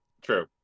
True